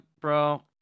bro